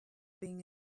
being